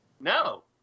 No